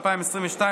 מ/1451,